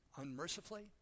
unmercifully